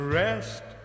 rest